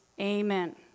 amen